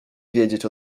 wiedzieć